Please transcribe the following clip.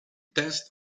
test